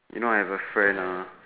you know I have a friend ah